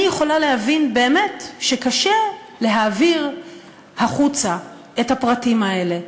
אני באמת יכולה להבין שקשה להעביר החוצה את הפרטים האלה,